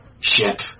ship